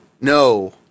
no